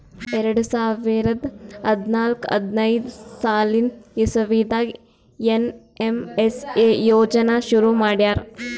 ಎರಡ ಸಾವಿರದ್ ಹದ್ನಾಲ್ಕ್ ಹದಿನೈದ್ ಸಾಲಿನ್ ಇಸವಿದಾಗ್ ಏನ್.ಎಮ್.ಎಸ್.ಎ ಯೋಜನಾ ಶುರು ಮಾಡ್ಯಾರ್